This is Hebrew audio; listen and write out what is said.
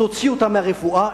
תוציא אותם מהרפואה,